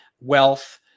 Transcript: wealth